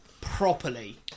properly